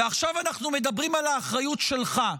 ועכשיו אנחנו מדברים על האחריות שלך.